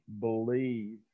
believe